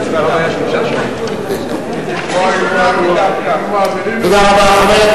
תודה רבה.